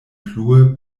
plue